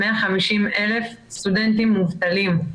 150,000 סטודנטים מובטלים.